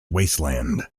wasteland